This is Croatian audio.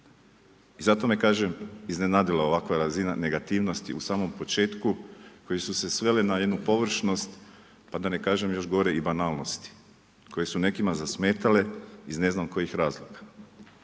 I zato me, kažem, iznenadila ovakva razina negativnosti u samom početku koje su se svele na jednu površnost, pa da ne kažem još gore i banalnosti koje su nekima zasmetale iz ne znam kojih razloga.